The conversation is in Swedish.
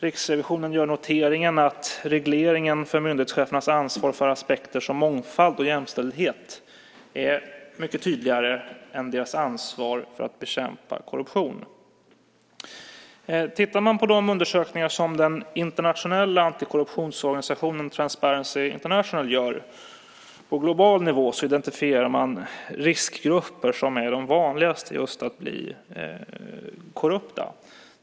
Riksrevisionen gör noteringen att regleringen för myndighetschefernas ansvar för aspekter som mångfald och jämställdhet är mycket tydligare än deras ansvar för att bekämpa korruption. I de undersökningar som den internationella antikorruptionsorganisationen Transparency International gör på global nivå identifierar man de riskgrupper som oftast blir korrupta.